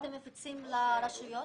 אתם מפיצים גם לרשויות?